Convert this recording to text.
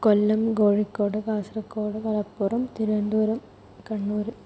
Kollam Kozhikode Kasaragod Malappuram Thiruvananthapuram Kannur